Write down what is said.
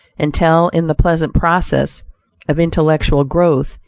until, in the pleasant process of intellectual growth,